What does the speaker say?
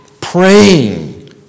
praying